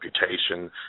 reputation